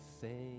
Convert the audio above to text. say